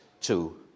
two